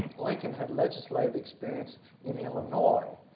lincoln had legislative experience in illinois,